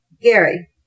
Gary